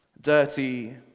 Dirty